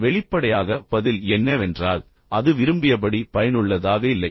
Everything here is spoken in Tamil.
வெளிப்படையாக பதில் என்னவென்றால் அது விரும்பியபடி பயனுள்ளதாக இல்லை